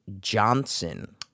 Johnson